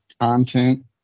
content